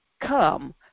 come